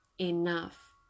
enough